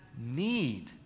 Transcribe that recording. need